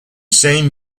same